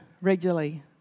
regularly